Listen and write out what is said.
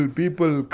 people